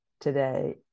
today